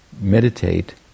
meditate